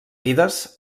vides